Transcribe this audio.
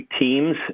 teams